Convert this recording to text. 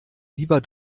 lieber